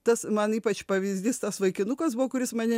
tas man ypač pavyzdys tas vaikinukas buvo kuris mane